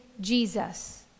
Jesus